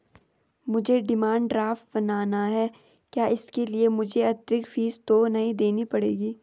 मुझे demand draft बनाना है क्या इसके लिए मुझे अतिरिक्त फीस तो नहीं देनी पड़ेगी?